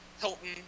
Hilton